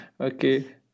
Okay